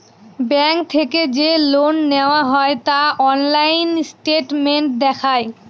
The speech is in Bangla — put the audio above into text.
ব্যাঙ্ক থেকে যে লোন নেওয়া হয় তা অনলাইন স্টেটমেন্ট দেখায়